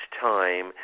time